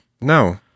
no